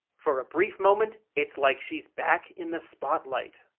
for a brief moment, it's like she's back in the spotlight.